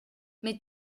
mais